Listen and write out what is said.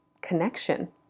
connection